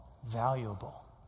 valuable